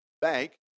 bank